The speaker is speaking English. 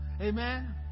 Amen